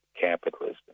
capitalism